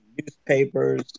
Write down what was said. newspapers